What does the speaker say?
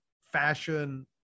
fashion